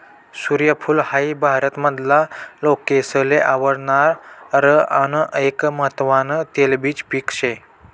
सूर्यफूल हाई भारत मधला लोकेसले आवडणार आन एक महत्वान तेलबिज पिक से